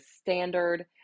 standard